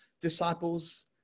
disciples